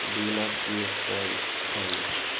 बीमा की होअ हई?